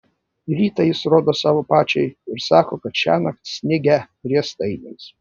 rytą jis rodo savo pačiai ir sako kad šiąnakt snigę riestainiais